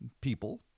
people